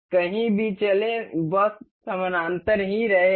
कहीं भी चले वह समानांतर ही रहेगा